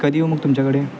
मी कधी येऊ मग तुमच्याकडे